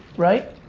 right?